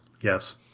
yes